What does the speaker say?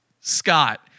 Scott